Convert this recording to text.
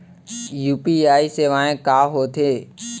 UPI सेवाएं का होथे?